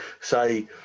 say